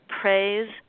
Praise